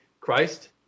Christ